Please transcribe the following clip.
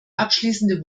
abschließende